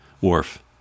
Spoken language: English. Worf